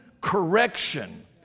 correction